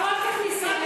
אני משלם ארנונה בעירייה,